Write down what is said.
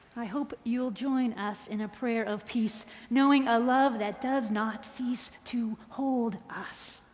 i hope you'll join us in a prayer of peace knowing a love that does not cease to hold us